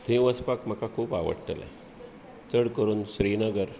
थंय वचपाक म्हाका खूब आवडटलें चड करून श्रीनगर